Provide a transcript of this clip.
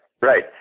right